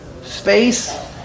space